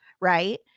Right